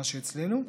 מה שאצלנו,